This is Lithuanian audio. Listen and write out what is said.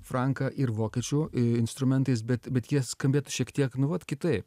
franką ir vokiečių in instrumentais bet bet jie skambėtų šiek tiek nu vat kitaip